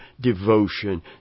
devotion